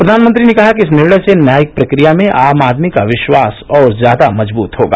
प्रधानमंत्री ने कहा कि इस निर्णय से न्यायिक प्रक्रिया में आम आदमी का विश्वास और ज्यादा मजबूत होगा